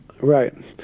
Right